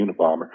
Unabomber